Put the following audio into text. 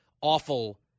awful